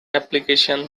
application